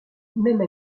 même